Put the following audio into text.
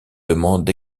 demandent